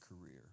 career